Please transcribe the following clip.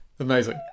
Amazing